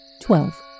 Twelve